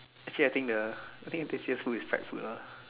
actually I think the I think the tastiest food is fried food ah